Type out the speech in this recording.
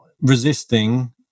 resisting